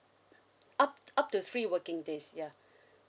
up t~ up to three working days ya